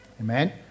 Amen